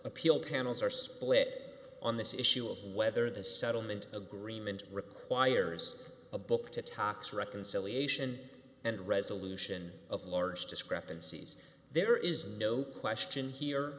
appeal panels are split on this issue of whether the settlement agreement requires a book to tocs reconciliation and resolution of large discrepancies there is no question here